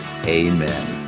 Amen